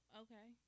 okay